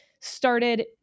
started